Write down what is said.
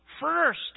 first